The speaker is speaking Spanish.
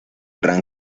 gran